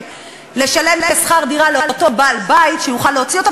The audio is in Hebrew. לשלם לשכר-הדירה לאותו בעל-בית שיוכל להוציא אותו,